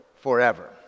forever